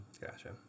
Gotcha